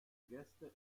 gäste